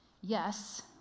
Yes